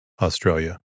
Australia